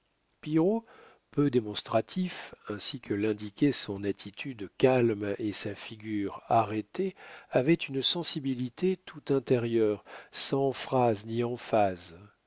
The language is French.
peu démonstratif ainsi que l'indiquaient son attitude calme et sa figure arrêtée avait une sensibilité tout intérieure sans phrase ni emphase